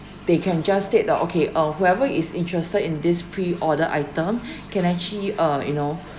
they can just state that okay uh whoever is interested in this pre order item can actually uh you know